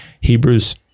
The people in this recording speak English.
Hebrews